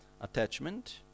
attachment